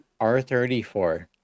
R34